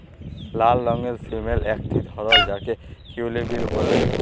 লাল রঙের সিমের একটি ধরল যাকে কিডলি বিল বল্যে